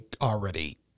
already